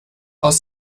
aus